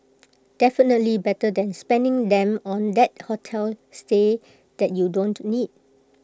definitely better than spending them on that hotel stay that you don't need